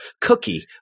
cookie